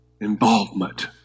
involvement